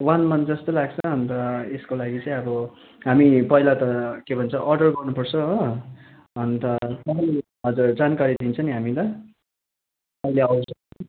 one month जस्तो लाग्छ अन्त यसको लागि चाहिँ अब हामी पहिला त के भन्छ अर्डर गर्नु पर्छ हो अन्त हजुर जानकारी दिन्छ नि हामी ल कहिले आउँछ